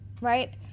right